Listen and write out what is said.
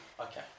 Okay